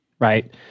right